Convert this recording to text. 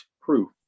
proof